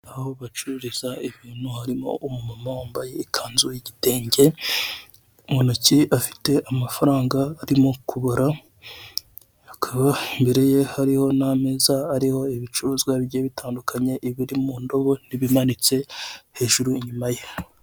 Aho bacururiza ibintu harimo umumama wambaye ikanzu yigitenge muntoki afite amafaranga arimo kubara akaba imbere ye hariho nameza ariho ibicuruzwa bigiye bitandukanye ibiri mundobo nibimanitse hejuru inyuma ye.